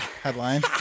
headline